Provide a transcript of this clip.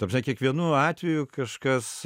ta prasme kiekvienu atveju kažkas